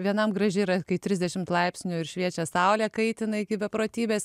vienam graži yra kai trisdešimt laipsnių ir šviečia saulė kaitina iki beprotybės